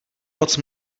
moc